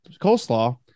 coleslaw